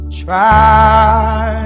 try